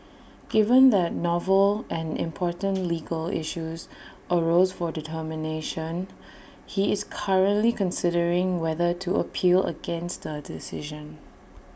given that novel and important legal issues arose for determination he is currently considering whether to appeal against the decision